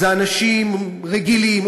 זה אנשים רגילים,